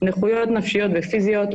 נכויות נפשיות ופיזיות,